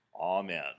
Amen